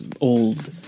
old